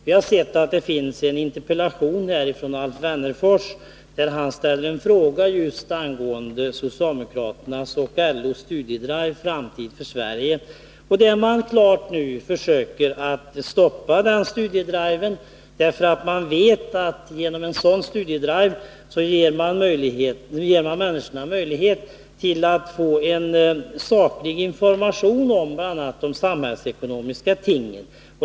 Vi har sett att Alf Wennerfors har skrivit en interpellation, i vilken han ställer en fråga om LO:s och socialdemokraternas studiedrive Framtid för Sverige. Moderaterna försöker stoppa den studiedriven, därför att de vet att människor genom en sådan ges möjlighet till saklig information om bl.a. samhällsekonomiska ting.